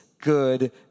good